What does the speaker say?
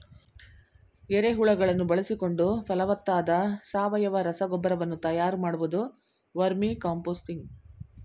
ಎರೆಹುಳುಗಳನ್ನು ಬಳಸಿಕೊಂಡು ಫಲವತ್ತಾದ ಸಾವಯವ ರಸಗೊಬ್ಬರ ವನ್ನು ತಯಾರು ಮಾಡುವುದು ವರ್ಮಿಕಾಂಪೋಸ್ತಿಂಗ್